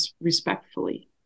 respectfully